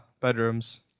bedrooms